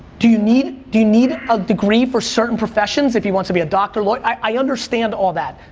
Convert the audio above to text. do you need, do you need a degree for certain professions? if you want to be a doctor, lawyer, i understand all that.